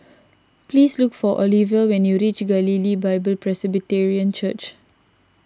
please look for Oliva when you reach Galilee Bible Presbyterian Church